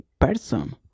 person